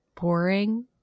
boring